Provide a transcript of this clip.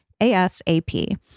ASAP